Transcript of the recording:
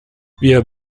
wir